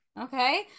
Okay